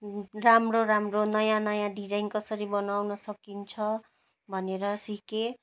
राम्रो राम्रो नयाँ नयाँ डिजाइन कसरी बनाउन सकिन्छ भनेर सिकेँ